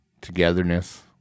Togetherness